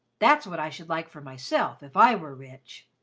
that's what i should like for myself, if i were rich.